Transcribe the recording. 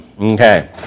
Okay